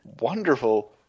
wonderful